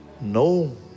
No